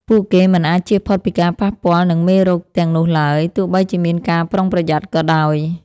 ពួកគេមិនអាចជៀសផុតពីការប៉ះពាល់នឹងមេរោគទាំងនោះឡើយ ទោះបីជាមានការប្រុងប្រយ័ត្នក៏ដោយ។